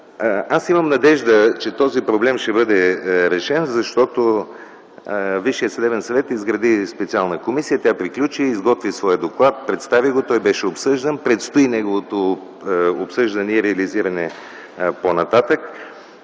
Аз имам надежда, че този проблем ще бъде решен, защото Висшия съдебен съвет изгради специална комисия. Тя приключи работата си, изготви своя доклад, представи го, той беше обсъждан. Предстои неговото обсъждане и реализиране по-нататък.